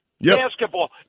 Basketball